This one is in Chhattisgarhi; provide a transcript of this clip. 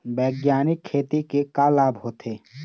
बैग्यानिक खेती के का लाभ होथे?